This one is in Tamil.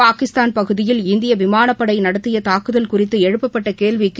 பாகிஸ்தான் பகுதியில் இந்திய விமானப்படை நடத்திய தாக்குதல் குறித்து எழுப்பப்பட்ட கேள்விக்கு